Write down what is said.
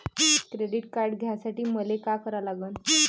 Credit card घ्यासाठी मले का करा लागन?